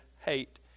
hate